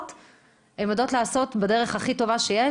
- הן יודעות לעשות בדרך הכי טובה שיש,